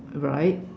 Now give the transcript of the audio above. right